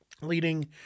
leading